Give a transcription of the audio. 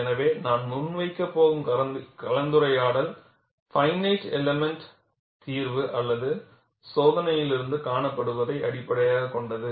எனவே நான் முன்வைக்கப் போகும் கலந்துரையாடல் ஃபினிட் எலெமென்ட் தீர்வு அல்லது சோதனையிலிருந்து காணப்படுவதை அடிப்படையாகக் கொண்டது